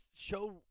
show